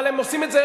אבל הם עושים את זה,